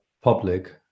public